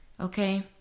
Okay